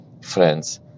friends